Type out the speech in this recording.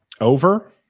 Over